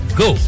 go